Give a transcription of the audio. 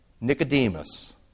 Nicodemus